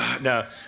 No